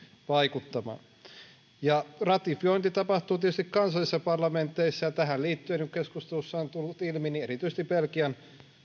vaikuttamaan ratifiointi tapahtuu tietysti kansallisissa parlamenteissa ja tähän liittyen niin kuin keskustelussa on tullut ilmi erityisesti belgian